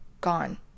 gone